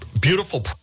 Beautiful